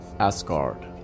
Asgard